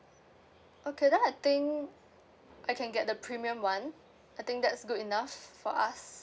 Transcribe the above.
okay then I think I can get the premium one I think that's good enough for us